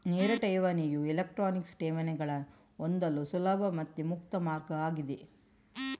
ನೇರ ಠೇವಣಿಯು ಎಲೆಕ್ಟ್ರಾನಿಕ್ ಠೇವಣಿಗಳನ್ನ ಹೊಂದಲು ಸುಲಭ ಮತ್ತೆ ಮುಕ್ತ ಮಾರ್ಗ ಆಗಿದೆ